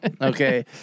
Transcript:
Okay